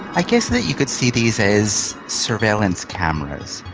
i guess that you could see these as surveillance cameras.